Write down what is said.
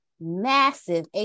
massive